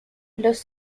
los